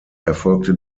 erfolgte